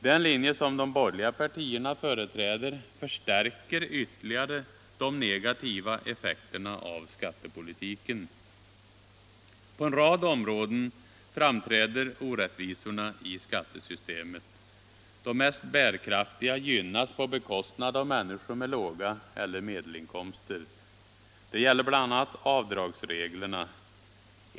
Den linje som de borgerliga partierna företräder förstärker ytterligare de negativa effekterna av skattepolitiken. På en rad områden framträder orättvisorna i skattesystemet. De mest bärkraftiga gynnas på bekostnad av människor med låga inkomster eller med medelinkomster. Det gäller bl.a. avdragsreglerna.